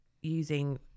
using